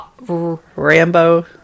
rambo